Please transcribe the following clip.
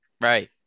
Right